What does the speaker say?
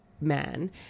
man